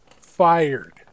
fired